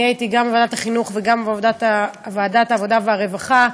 אני הייתי גם בוועדת החינוך וגם בוועדת העבודה והרווחה,